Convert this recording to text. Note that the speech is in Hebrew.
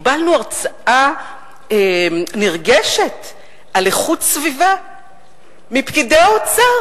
קיבלנו הרצאה נרגשת על איכות סביבה מפקידי האוצר.